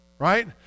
Right